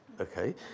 okay